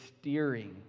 steering